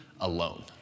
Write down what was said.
alone